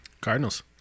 Cardinals